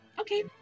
Okay